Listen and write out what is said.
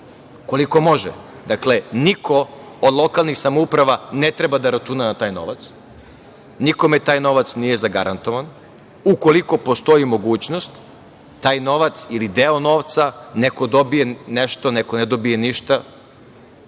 koliko može. Dakle, niko od lokalnih samouprava ne treba da računa na taj novac, nikome taj novac nije zagarantovan. Ukoliko postoji mogućnost taj novac ili deo novca neko dobije nešto, neko ne dobije ništa,